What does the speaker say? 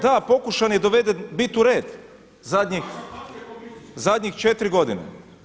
Da, pokušan je i doveden biti u red zadnji 4 godine.